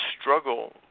struggle